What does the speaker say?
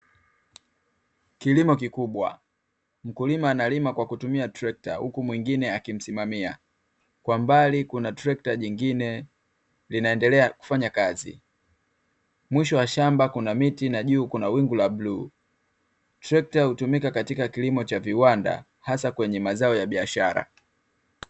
Kilimo kikubwa, mkulima analima kwa kutumia trekta huku mwingine akimsimamia, kwa mbali kuna trekta jingine linaendelea kufanya kazi. Mwisho wa shamba kuna miti na juu kuna wingu la buluu. Trekta hutumika katika kilimo cha viwanda hasa kwenye mazao ya biashara.